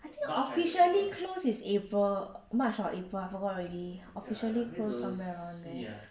I think officially close is april march or april I forgot already officially close somewhere around there